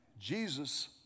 Jesus